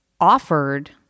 offered